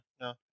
no